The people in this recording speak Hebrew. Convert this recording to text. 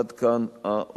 עד כאן ההודעות.